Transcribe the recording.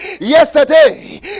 yesterday